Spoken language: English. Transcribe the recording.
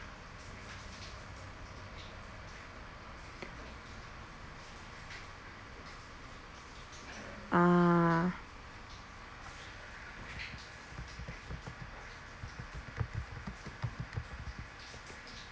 ah